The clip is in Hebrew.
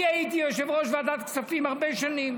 אני הייתי יושב-ראש ועדת הכספים הרבה שנים.